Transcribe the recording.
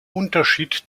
unterschied